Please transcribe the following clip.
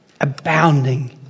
abounding